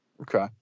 Okay